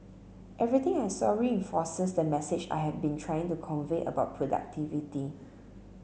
everything I saw reinforces the message I have been trying to convey about productivity